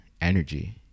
energy